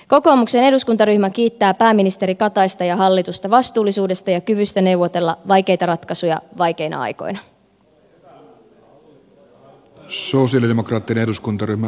kokoomuksen eduskuntaryhmä kiittää pääministeri kataista ja hallitusta vastuullisuudesta ja kyvystä neuvotella vaikeita ratkaisuja vaikeina aikoina